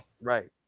Right